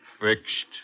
Fixed